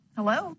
Hello